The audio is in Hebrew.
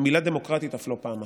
המילה "דמוקרטית" אף לא פעם אחת.